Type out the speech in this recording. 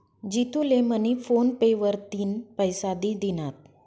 जितू ले मनी फोन पे वरतीन पैसा दि दिनात